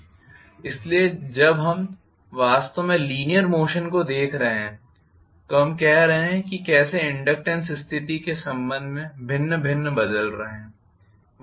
इसलिए जब हम वास्तव में लीनियर मोशन को देख रहे हैं तो हम कह रहे हैं कि कैसे इनडक्टेन्सेस स्थिति के संबंध में भिन्न भिन्न बदल रहे हैं